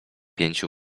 pięciu